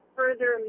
further